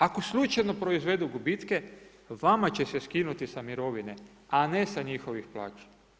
Ako slučajno proizvodu gubitke vama će se skinuti sa mirovine, a ne sa njihovih plaća.